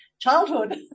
childhood